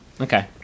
Okay